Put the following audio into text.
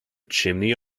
chimney